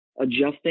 adjusting